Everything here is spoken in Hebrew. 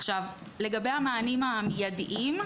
לגבי המענים המידיים,